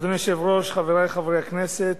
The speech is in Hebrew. אדוני היושב-ראש, חברי חברי הכנסת,